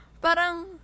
Parang